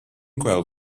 gweld